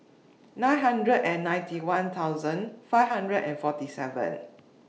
nine hundred and ninety one thousand five hundred and forty seven